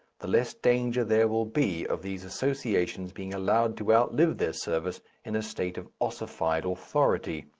the less danger there will be of these associations being allowed to outlive their service in a state of ossified authority.